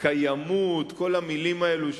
קיימות וכל המלים האלו,